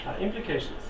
implications